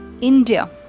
india